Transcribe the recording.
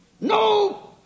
No